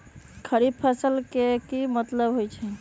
खरीफ फसल के की मतलब होइ छइ?